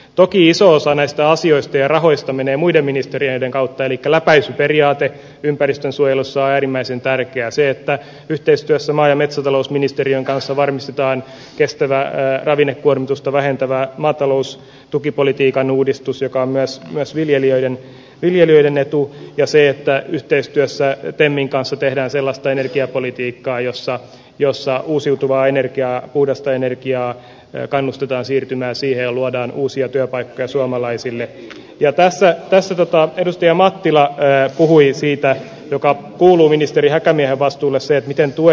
toki iso osa näistä asioista tierahoista menee muiden ministeriöiden kautta elikkä läpäisyperiaate ympäristönsuojelussa äärimmäisen tärkeää se että yhteistyössä maa ja metsätalousministeriön kanssa varmistetaan kestävä ewine kuormitusta vähentävää maatalous tukipolitiikan uudistus jakaa myös myös viljelijöiden viljelijöiden etu ja se että yhteistyössä ja penin kanssa tehdään sellaista energiapolitiikkaa jossa joissa uusiutuvaa energiaa uudesta energia ja kannustetaan siirtymään sinne luodaan uusia työpaikkoja suomalaisille ja tässä ei sidota edes tie mattila ja huhuihin siitä joka kuuluu ministeri häkämiehen vastuulle se miten tuo